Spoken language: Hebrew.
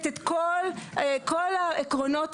אתכם את העניין הזה.